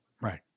right